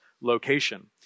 location